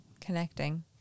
Connecting